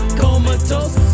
comatose